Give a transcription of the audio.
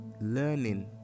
learning